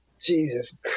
Jesus